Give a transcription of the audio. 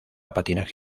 patinaje